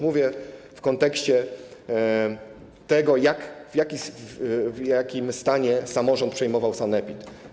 Mówię w kontekście tego, w jakim stanie samorząd przejmował sanepid.